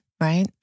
right